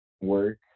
work